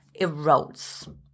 erodes